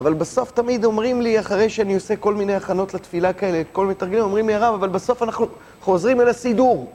אבל בסוף תמיד אומרים לי, אחרי שאני עושה כל מיני הכנות לתפילה כאלה, כל מיני תרגילים, אומרים לי, הרב, אבל בסוף אנחנו חוזרים אל הסידור.